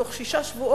תוך שישה שבועות.